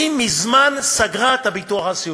היא מזמן סגרה את הביטוח הסיעודי.